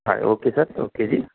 ਹਾਂ okay sir okay ਜੀ